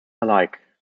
alike